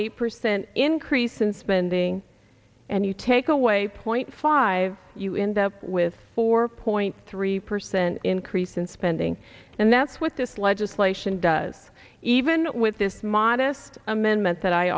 eight percent increase in spending and you take away point five you end up with four point three percent increase in spending and that's what this legislation even with this modest amendment that i